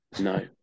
No